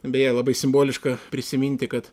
beje labai simboliška prisiminti kad